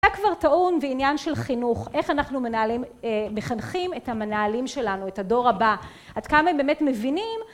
היה כבר טעון בעניין של חינוך, איך אנחנו מחנכים את המנהלים שלנו, את הדור הבא, עד כמה הם באמת מבינים.